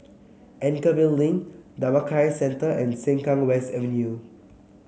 Anchorvale Link Dhammakaya Centre and Sengkang West Avenue